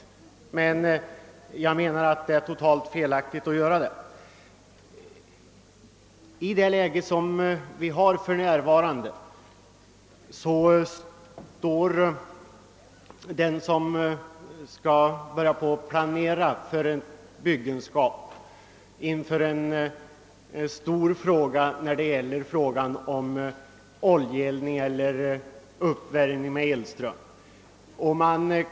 Men jag menar att det är helt felaktigt att göra det. I nuvarande läge står den som planerar byggande inför ett stort problem då det gäller att avgöra om han skall välja oljeeldning eller uppvärmning med elström.